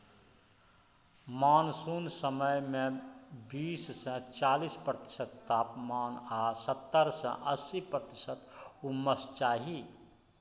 monsoon समय मे बीस सँ चालीस प्रतिशत तापमान आ सत्तर सँ अस्सी प्रतिशत उम्मस चाही